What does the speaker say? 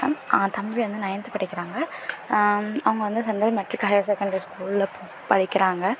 தம்பி வந்து நயன்து படிக்கிறாங்க அவங்க வந்து செந்தில் மெட்ரிக் ஹயர் செகண்டரி ஸ்கூலில் படிக்கிறாங்க